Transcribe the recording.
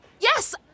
Yes